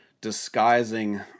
disguising